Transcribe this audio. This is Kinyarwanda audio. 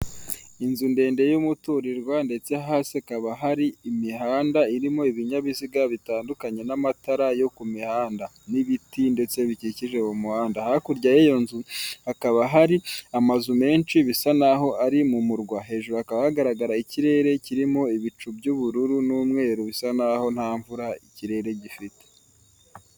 Inzu ndende y'umuturirwa ndetse hasi ikaba hari imihanda irimo ibinyabiziga bitandukanye n'amatara yo ku mihanda n'ibiti, ndetse bikikije uwo muhanda hakurya y'iyo nzu hakaba hari amazu menshi bisa naho ari mu murwa hejuru hakaba hagaragara ikirere kirimo ibicu by'ubururu n'umweru bisa nk'aho nta mvura ikirere gifite.